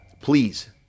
Please